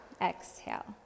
Exhale